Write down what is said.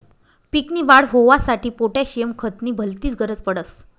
पीक नी वाढ होवांसाठी पोटॅशियम खत नी भलतीच गरज पडस